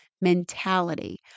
mentality